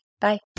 Bye